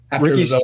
Ricky